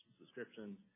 subscriptions